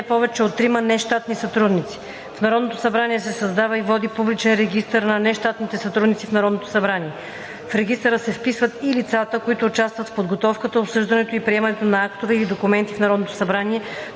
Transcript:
повече от трима нещатни сътрудници. В Народното събрание се създава и води публичен регистър на нещатните сътрудници в Народното събрание. В регистъра се вписват и лицата, които участват в подготовката, обсъждането и приемането на актове или документи в Народното събрание